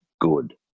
good